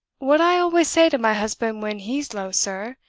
what i always say to my husband when he's low, sir,